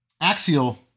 Axial